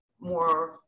more